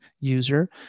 user